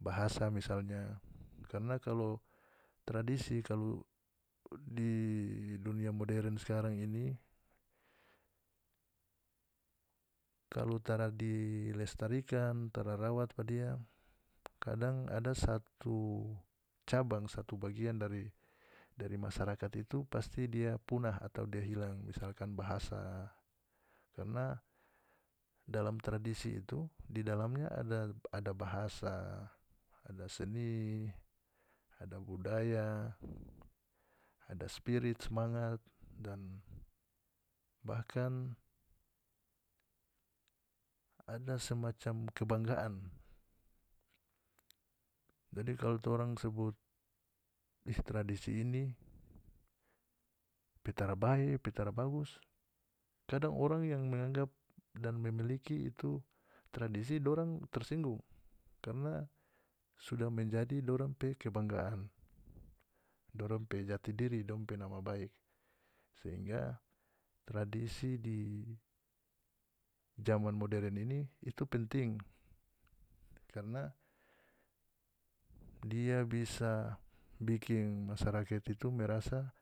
Bahasa misalnya karna kalau tradisi kalau di dunia modern skarang ini kalu tara dilestarikan tara rawat pa dia kadang ada satu cabang satu bagian dari dari masyarakat itu pasti dia punah atau dia hilang misalkan bahasa karna dalam tradisi itu di dalamnya ada ada bahasa ada seni ada budaya ada spirit smangat dan bahkan ada semacam kebanggan jadi kalu torang sebut ih tradisi ini pe tarabae pe tara bagus kadang orang yang menganggap dan memiliki itu tradisi itu dorang tersinggung karna sudah menjadi dorang pe kebanggaan dorang pe jati diri dorang pe nama baik sehingga tradisi di zaman modern ini itu penting karna dia bisa bikin masyarakat itu merasa